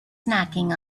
snacking